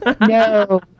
no